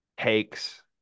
takes